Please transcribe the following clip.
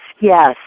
yes